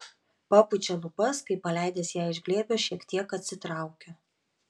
papučia lūpas kai paleidęs ją iš glėbio šiek tiek atsitraukiu